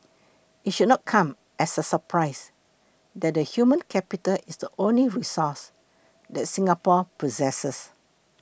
it should not come as a surprise that the human capital is the only resource that Singapore possesses